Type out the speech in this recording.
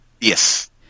Yes